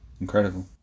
Incredible